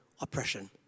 oppression